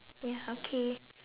ya okay